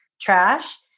trash